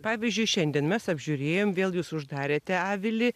pavyzdžiui šiandien mes apžiūrėjom vėl jūs uždarėte avilį